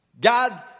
God